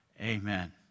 Amen